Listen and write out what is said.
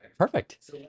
Perfect